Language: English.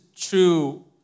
true—